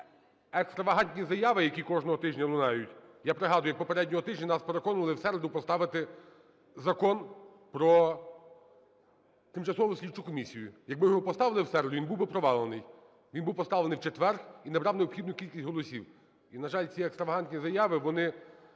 екстравагантні заяви, які кожного тижня лунають, я пригадую, як попереднього тижня нас переконували в середу поставити Закон про тимчасову слідчу комісію. Якби ми його поставили в середу, він був би провалений. Він був поставлений в четвер і набрав необхідну кількість голосів. І, на жаль, ці екстравагантні заяви, вони